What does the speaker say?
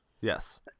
yes